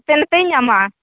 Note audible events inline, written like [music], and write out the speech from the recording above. ᱦᱟᱛᱮ ᱱᱟᱛᱮᱭ ᱧᱟᱢᱟ [unintelligible]